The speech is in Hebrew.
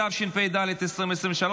התשפ"ד 2024,